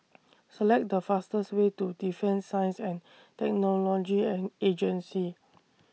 Select The fastest Way to Defence Science and Technology and Agency